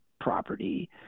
property